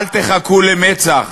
אל תחכו למצ"ח,